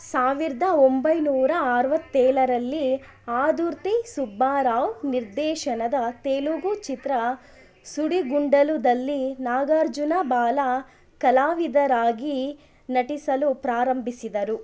ಸಾವಿರದ ಒಂಬೈನೂರ ಅರುವತ್ತೇಳರಲ್ಲಿ ಆದುರ್ತಿ ಸುಬ್ಬಾರಾವ್ ನಿರ್ದೇಶನದ ತೆಲುಗು ಚಿತ್ರ ಸುಡಿಗುಂಡಲುದಲ್ಲಿ ನಾಗಾರ್ಜುನ ಬಾಲಕಲಾವಿದರಾಗಿ ನಟಿಸಲು ಪ್ರಾರಂಭಿಸಿದರು